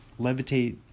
levitate